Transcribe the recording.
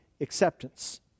acceptance